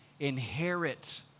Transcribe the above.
Inherit